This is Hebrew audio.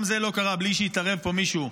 גם זה לא קרה בלי שהתערב פה מישהו,